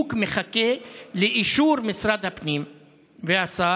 השיווק מחכה לאישור משרד הפנים והשר